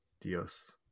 Dios